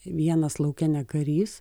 vienas lauke ne karys